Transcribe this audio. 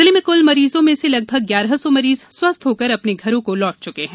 जिले में कुल मरीजों में से लगभग ग्यारह सौ मरीज स्वस्थ होकर अपने घरों को लौट चुके हैं